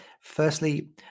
Firstly